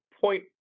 point